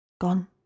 gone